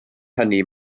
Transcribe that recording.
hynny